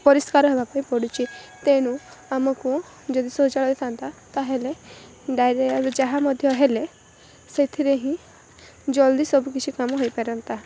ପରିଷ୍କାର ହେବାକୁ ପଡୁଛି ତେଣୁ ଆମକୁ ଯଦି ଶୌଚାଳୟ ଥାଆନ୍ତା ତାହେଲେ ଡାଇରିଆରେ ଯାହା ମଧ୍ୟ ହେଲେ ସେଥିରେ ହିଁ ଜଲ୍ଦି ସବୁ କିଛି କାମ ହୋଇପାରନ୍ତା